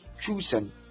choosing